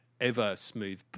ever-smooth